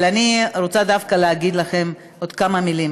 אבל אני רוצה דווקא להגיד לכם עוד כמה מילים.